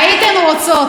תתייחסי לעובדות.